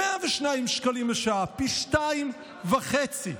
102 שקלים לשעה, פי שניים וחצי.